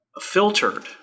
filtered